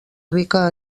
rica